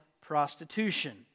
prostitution